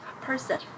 person